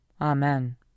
Amen